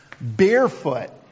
barefoot